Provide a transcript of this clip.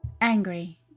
Angry